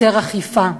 יותר אכיפה.